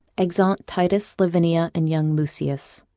exeunt titus, lavinia, and young lucius